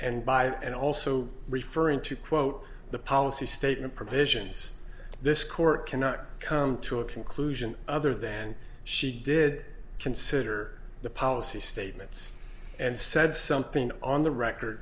that and also referring to quote the policy statement provisions this court cannot come to a conclusion other than she did consider the policy statements and said something on the record